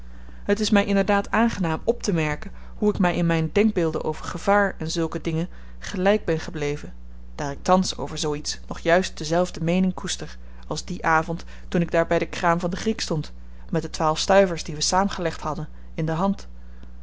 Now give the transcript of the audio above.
het is my inderdaad aangenaam optemerken hoe ik my in myn denkbeelden over gevaar en zulke dingen gelyk ben gebleven daar ik thans over zoo iets nog juist dezelfde meening koester als dien avend toen ik daar by de kraam van den griek stond met de twaalf stuivers die we saamgelegd hadden in de hand